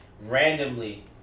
randomly